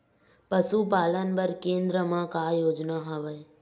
पशुपालन बर केन्द्र म का योजना हवे?